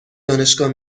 دانشگاه